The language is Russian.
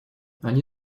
они